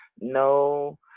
no